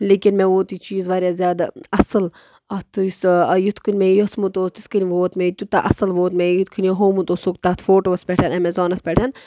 لیکِن مےٚ ووت یہِ چیٖز واریاہ زیادٕ اَصٕل اَتھ یُس یِتھ کٔنۍ مےٚ یژھمُت اوس تِتھ کٔنۍ ووت مےٚ تیوٗتاہ اَصٕل ووت مےٚ یِتھ کٔنۍ یہِ ہومُت اوسکھ تَتھ فوٹوَس پٮ۪ٹھ ایٚمَزانَس پٮ۪ٹھ